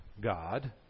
God